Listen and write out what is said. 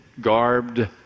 garbed